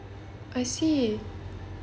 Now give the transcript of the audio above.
I see